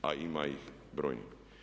A ima ih brojnih.